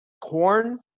corn